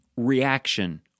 reaction